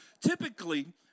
typically